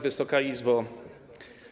Wysoka Izbo!